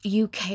UK